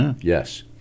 Yes